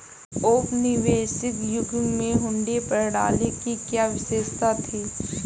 औपनिवेशिक युग में हुंडी प्रणाली की क्या विशेषता थी?